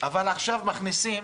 ועכשיו מכניסים